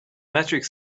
metric